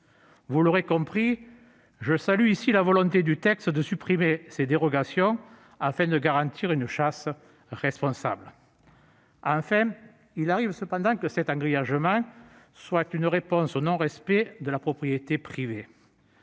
Vous l'aurez compris, je salue ici la volonté du texte de supprimer ces dérogations, afin de garantir une chasse responsable. Enfin, il arrive cependant que cet engrillagement soit une réponse au non-respect de la propriété privée.